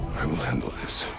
i will handle this.